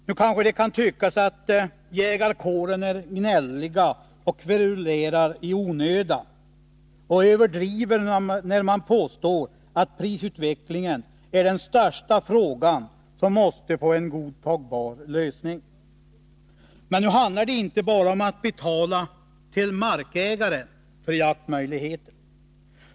Nu kanske det kan tyckas att jägarkåren är gnällig, kverulerar i onödan och överdriver när man påstår att prisutvecklingen är den största frågan, som måste få en godtagbar lösning. Men nu handlar det inte bara om att betala till markägaren för jaktmöjligheterna.